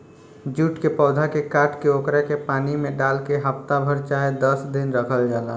jute के पौधा के काट के ओकरा के पानी में डाल के हफ्ता भर चाहे दस दिन रखल जाला